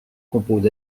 compose